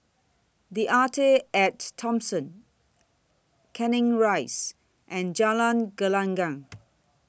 The Arte At Thomson Canning Rise and Jalan Gelenggang